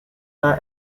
the